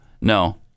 No